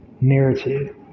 narrative